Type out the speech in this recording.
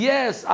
Yes